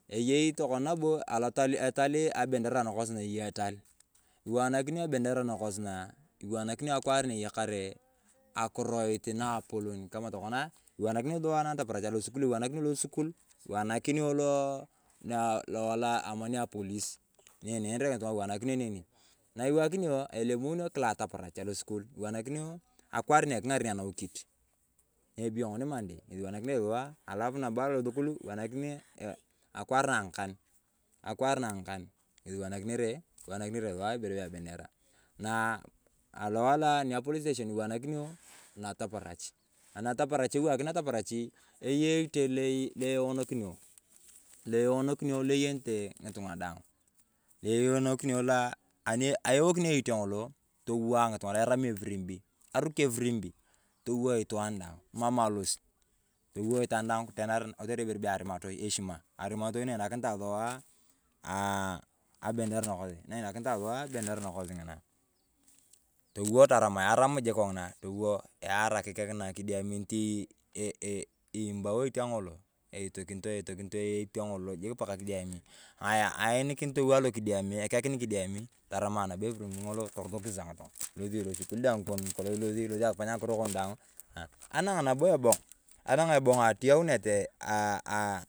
Eyei tokana nabo qlotal etali abendera nakosi eyei etali. Iwanakini o abendera nakosi naa, iwanakini o akwaar na eyakare akuroit naapolon kama to kona, ewanakinio sua nataparach alusukulio, ewanakinio losukul, iwanakinio lo nia lowae lo ama ni apolisni enenere ng’itung’a ewanakinio neni. Na iwakinio akwaar na eking’aren anawikit, na ebeyo ng'oni mandei ng’esi iwanakinere sua, alafu nabo alosukuluu iwanakinio akwaar na ang’okan. Akwaar na ang'okan ng’esi awanakinere sua ibere bee abendera. Na aah alowae apolis siteshon iwanakinio nataparach. Nataparach iwakinio nataparachi, eyei eite lei eonokinio lo eyenete ng’itung’a daang. Eonokinio laa ane eokinio eite ng’olo, towaa ng’itung'a eramio epirimbi. Arukii epirimbi, towaa itwaan daang, emam ilosit. Towoo itwaan daang kitenar kotere ibere bee arimatoi eshima. Arimatoi na enakinitae sua aaah abendera nakosi na enakinitae sua nakosi ng’inaa. Towoo taramae taramae aram jik kong’ina towoo alokidiami ekekiri kidiami, taramae nabo epirimbi ng’olo toloto ng’itung’a. Ilosit yong lo shughuli kon daang lo ilosit losi akifany ng'akiro kon daang. Anang ebong, anang ebong a totiyaunae tee aah aah.